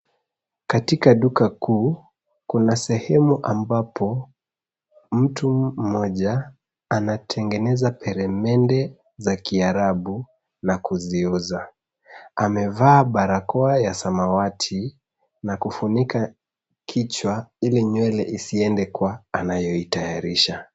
Katika duka kuu kuna sehemu ambapo mtu moja anatengeneza peremende za kiarabu na kuziuza amevaa barakoa ya samawati na kufunika kichwa ili nywele isiende kwa anayoitayarisha.